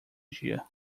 dia